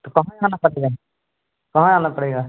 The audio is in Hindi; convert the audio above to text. तो कहाँ याना आना पड़ेगा